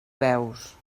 veus